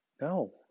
No